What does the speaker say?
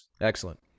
Excellent